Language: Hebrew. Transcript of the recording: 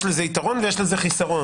יש לזה יתרון ויש לזה חיסרון.